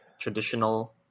traditional